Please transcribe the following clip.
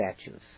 statues